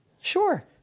Sure